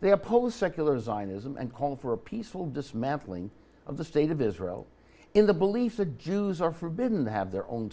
they oppose secular zionism and call for a peaceful dismantling of the state of israel in the belief the jews are forbidden to have their own